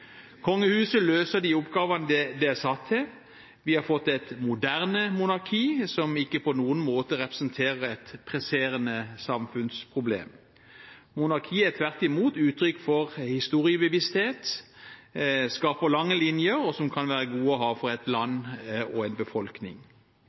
Kongehuset løser de oppgavene det er satt til. Vi har fått et moderne monarki, som ikke på noen måte representerer et presserende samfunnsproblem. Monarkiet er tvert imot uttrykk for historiebevissthet og skaper lange linjer, som kan være gode å ha for et